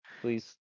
please